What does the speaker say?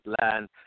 land